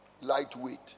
lightweight